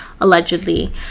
allegedly